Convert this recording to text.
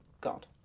god